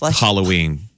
Halloween